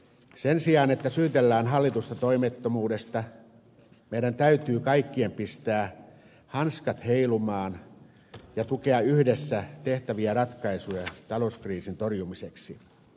sen sijaan että syytellään hallitusta toimettomuudesta meidän täytyy kaikkien pistää hanskat heilumaan ja tukea yhdessä tehtäviä ratkaisuja talouskriisin torjumiseksi